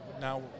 now